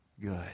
good